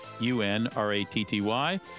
U-N-R-A-T-T-Y